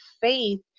faith